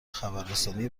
خبررسانی